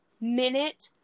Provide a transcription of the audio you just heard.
minute